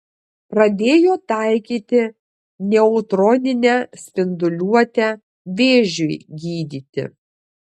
pradėjo taikyti neutroninę spinduliuotę vėžiui gydyti